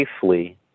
safely